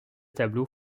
tableaux